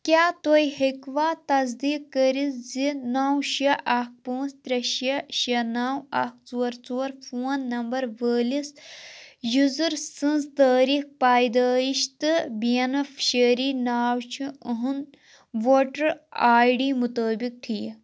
کیٛاہ تُہۍ ہیٚکوا تصدیٖق کٔرِتھ زِ نَو شےٚ اَکھ پانٛژھ ترٛےٚ شےٚ شےٚ نَو اَکھ ژور ژور فون نمبر وٲلِس یوٗزر سٕنٛز تٲریٖخ پیدٲئش تہٕ بیٚنِفیشری ناو چھا أہنٛد ووٹَر آئی ڈی مُطٲبق ٹھیٖک